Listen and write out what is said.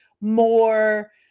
more